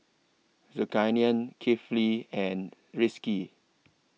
Zulkarnain Kefli and Rizqi